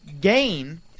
gain